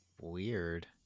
Weird